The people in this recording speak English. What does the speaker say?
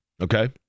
Okay